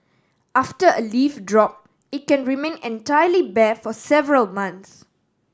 after a leaf drop it can remain entirely bare for several months